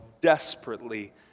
desperately